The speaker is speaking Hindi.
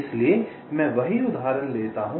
इसलिए मैं वही उदाहरण लेता हूं